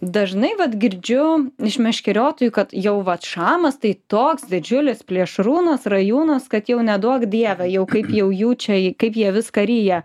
dažnai vat girdžiu iš meškeriotojų kad jau vat šamas tai toks didžiulis plėšrūnas rajūnas kad jau neduok dieve jau kaip jau jų čia kaip jie viską ryja